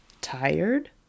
Tired